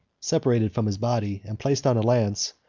separated from his body, and placed on a lance,